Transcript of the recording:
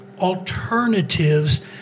alternatives